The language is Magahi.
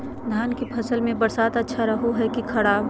धान के फसल में बरसात अच्छा रहो है कि खराब?